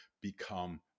become